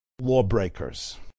lawbreakers